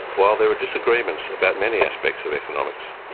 while there are disagreements about many aspects of economics,